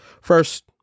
first